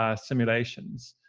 ah simulations.